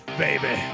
baby